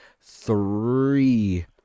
three